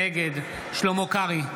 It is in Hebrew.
נגד שלמה קרעי,